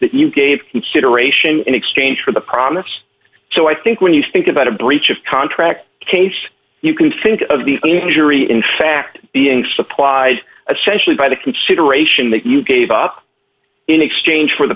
that you gave consideration in exchange for the promise so i think when you think about a breach of contract case you can think of the injury in fact being supplied especially by the consideration that you gave up in exchange for the